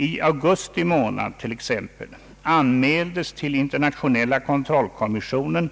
I augusti månad t.ex. anmäldes till internationella kontrollkommissionen